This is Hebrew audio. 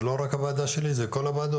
זה לא רק הוועדה שלי, זה כל הוועדות,